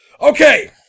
Okay